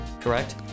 Correct